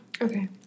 Okay